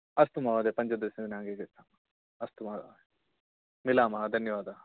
अस्तु महोदय पञ्चदशदिनाङ्के गच्छामः अस्तु महोदयः मिलामः धन्यवादः